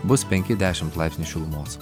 bus penki dešimt laipsnių šilumos